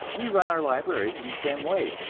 we run our libraries in the same way,